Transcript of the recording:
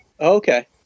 Okay